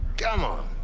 come on.